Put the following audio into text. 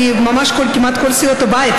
ממש כמעט מכל סיעות הבית,